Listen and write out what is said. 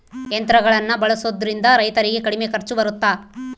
ಯಂತ್ರಗಳನ್ನ ಬಳಸೊದ್ರಿಂದ ರೈತರಿಗೆ ಕಡಿಮೆ ಖರ್ಚು ಬರುತ್ತಾ?